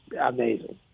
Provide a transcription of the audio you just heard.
amazing